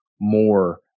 more